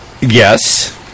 Yes